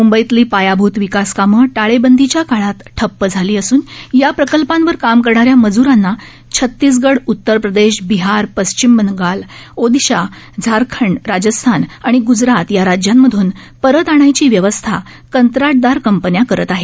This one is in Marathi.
मुंबईतली पायाभूत विकास कामं टाळेबंदीच्या काळात ठप्प झाली असून या प्रकल्पांवर काम करणाऱ्या मजुरांना छतीसगड उत्तरप्रदेश बिहार पश्चिम बंगाल ओडिशा झारखंड राजस्थान आणि ग्जरात या राज्यांमधून परत आणायची व्यवस्था कंत्राटदार कंपन्या करत आहेत